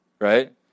Right